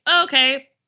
okay